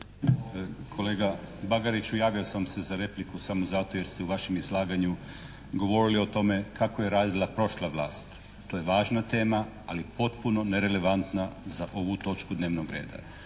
Kolega Bagariću, javio sam se za repliku samo zato jer ste u vašem izlaganju govorili o tome kako je radila prošla vlast. To je važna tema ali potpuno nerelevantna za ovu točku dnevnog reda.